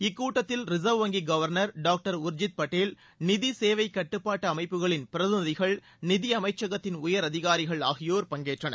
இக்கூட்டத்தில் ரிசா்வ் வங்கி கவானா டாக்டர் உர்ஜித் படேல் நிதி சேவை கட்டுப்பாட்டு அமைப்புகளின் பிரதிநிதிகள் நிதி அமைச்சகத்தின் உயர் அதிகாரிகள் ஆகியோர் பங்கேற்றனர்